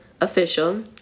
Official